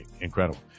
Incredible